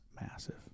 massive